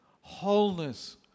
wholeness